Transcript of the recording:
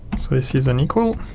so this is unequal.